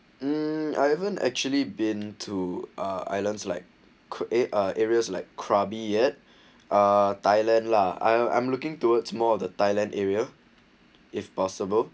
um I haven't actually been to uh islands like create uh areas like krabi yet uh thailand lah I'm I'm looking towards more of the thailand area if possible